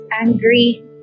angry